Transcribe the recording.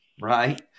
right